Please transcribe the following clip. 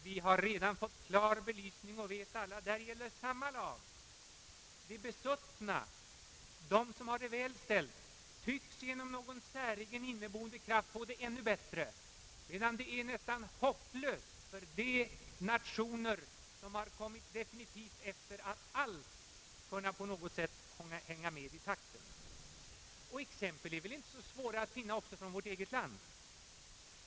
Vi har redan fått en klar belysning av dessa och vet att för u-länderna gäller samma lag. De besuttna, de som har det väl ställt, tycks genom någon säregen inneboende kraft få det ännu bättre, medan det tycks vara nästan hopplöst för de nationer som kommit definitivt efter att alls kunna hänga med i takten. Exempel härpå är väl inte svårt att finna i vårt eget land.